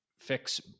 fix